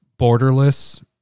borderless